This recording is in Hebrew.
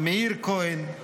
מאיר כהן,